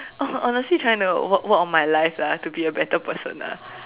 oh honestly trying to work work on my life lah to be a better person ah